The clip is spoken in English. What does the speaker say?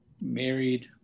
married